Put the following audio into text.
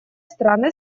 страны